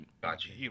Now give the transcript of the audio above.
gotcha